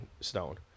stone